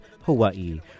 Hawaii